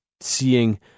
seeing